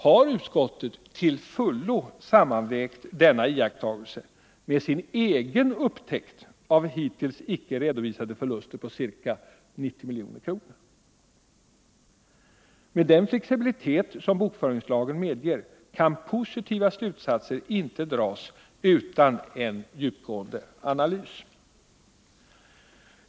Har utskottet till fullo sammanvägt denna iakttagelse med sin egen upptäckt av hittills icke redovisade förluster på ca 90 milj.kr.? Med den flexibilitet som bokföringslagen medger kan positiva slutsatser icke dras utan en djupgående ekonomisk analys.